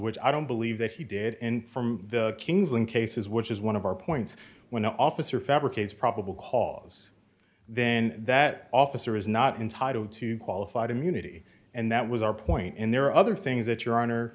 which i don't believe that he did inform the kings in cases which is one of our points when the officer fabricates probable cause then that officer is not entitled to qualified immunity and that was our point and there are other things that your honor